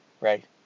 right